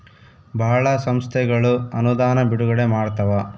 ಭಾಳ ಸಂಸ್ಥೆಗಳು ಅನುದಾನ ಬಿಡುಗಡೆ ಮಾಡ್ತವ